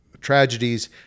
tragedies